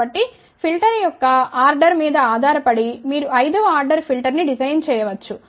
కాబట్టి ఫిల్టర్ యొక్క ఆర్డర్ మీద ఆధారపడి మీరు ఐదవ ఆర్డర్ ఫిల్టర్ ని డిజెైన్ చేయుచ్చు